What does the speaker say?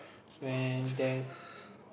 when there's